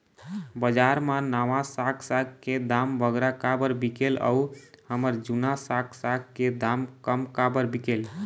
बजार मा नावा साग साग के दाम बगरा काबर बिकेल अऊ हमर जूना साग साग के दाम कम काबर बिकेल?